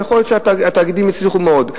יכול להיות שהתאגידים הצליחו מאוד.